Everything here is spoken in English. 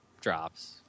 drops